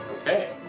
Okay